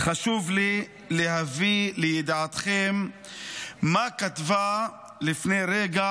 חשוב לי להביא לידיעתכם מה כתבה לפני רגע